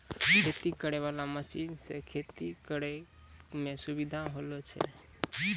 खेती करै वाला मशीन से खेती करै मे सुबिधा होलो छै